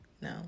No